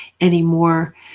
anymore